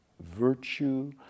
virtue